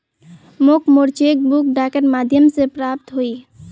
मोक मोर cheque book डाकेर माध्यम से प्राप्त होइए